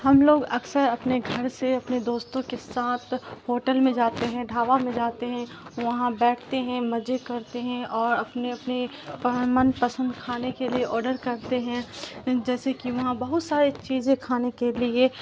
ہم لوگ اکثر اپنے گھر سے اپنے دوستوں کے ساتھ ہوٹل میں جاتے ہیں ڈھابا میں جاتے ہیں وہاں بیٹھتے ہیں مزے کرتے ہیں اور اپنے اپنے من پسند کھانے کے لیے آڈر کرتے ہیں جیسے کہ وہاں بہت ساریے چیزیں کھانے کے لیے